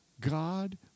God